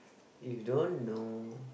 if you don't know